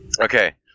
Okay